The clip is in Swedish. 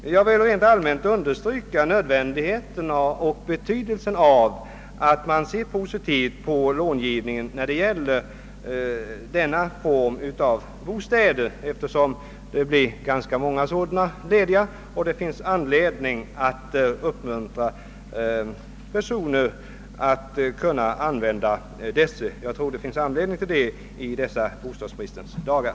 Jag vill rent allmänt understryka nödvändigheten och betydelsen av att man ser positivt på långivningen när det gäller detta slag av bostäder, eftersom det blir ganska många sådana lediga och det finns all anledning att uppmuntra människorna att använda dem. Det finns skäl för det i dessa bostadsbristens dagar.